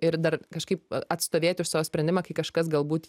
ir dar kažkaip a atstovėti už savo sprendimą kai kažkas galbūt